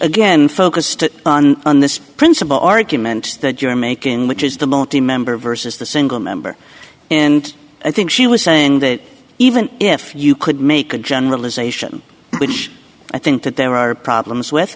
again focused on this principle argument that you're making which is the multi member versus the single member and i think she was saying that even if you could make a generalization which i think that there are problems with